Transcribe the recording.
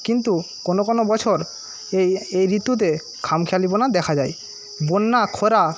কিন্তু কোন কোন বছর এই এই ঋতুতে খামখেয়ালীপনা দেখা যায় বন্যা খরা